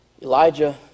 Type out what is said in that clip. Elijah